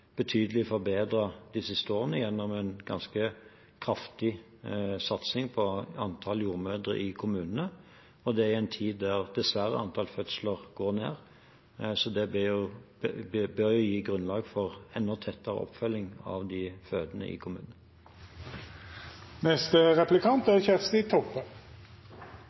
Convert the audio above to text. betydelig forbedret de siste årene gjennom en ganske kraftig satsing på antall jordmødre i kommunene, og det i en tid der antall fødsler dessverre går ned, så det bør jo gi grunnlag for enda tettere oppfølging av de fødende i kommunen. Dette er